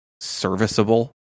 serviceable